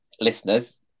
Listeners